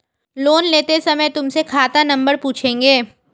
loan लेते समय तुमसे खाता नंबर पूछेंगे